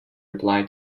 reply